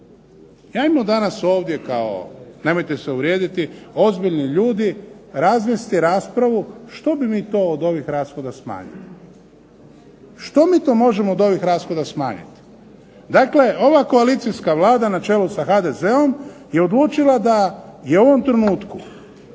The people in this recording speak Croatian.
hajmo danas ovdje kao, nemojte se uvrijediti ozbiljni ljudi, razvesti raspravu što bi mi to od ovih rashoda smanjili. Što mi to možemo od ovih rashoda smanjiti? Dakle, ova koalicijska Vlada na čelu sa HDZ-om je odlučila da je u ovom trenutku